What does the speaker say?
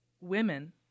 women